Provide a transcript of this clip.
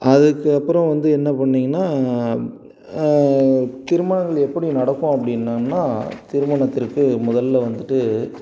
அதுக்கப்புறம் வந்து என்ன பண்ணிங்கன்னா திருமணங்கள் எப்படி நடக்கும் அப்படினம்னா திருமணத்திற்கு முதலில் வந்துட்டு